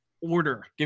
order